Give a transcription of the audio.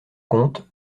comte